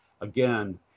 again